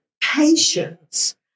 patience